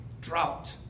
drought